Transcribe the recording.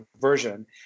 version